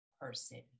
person